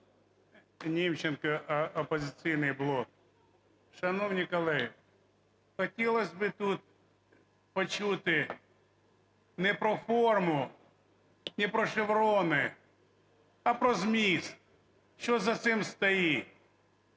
Німченко, "Опозиційний блок". Шановні колеги, хотілось би тут почути не про форму, не про шеврони, а про зміст, що за цим стоїть.